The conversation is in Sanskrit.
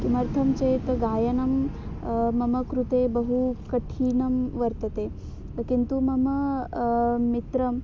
किमर्थं चेत् गायनं मम कृते बहु कठिनं वर्तते किन्तु मम मित्रम्